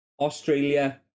Australia